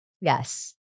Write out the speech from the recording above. Yes